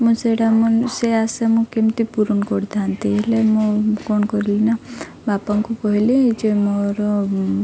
ମୁଁ ସେଇଟା ମୁଁ ସେ ଆଶା ମୁଁ କେମିତି ପୂରଣ କରିଥାନ୍ତି ହେଲେ ମୁଁ କ'ଣ କଲିି ନା ବାପାଙ୍କୁ କହିଲି ଯେ ମୋର